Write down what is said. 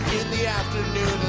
the afternoon